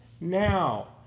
now